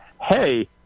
hey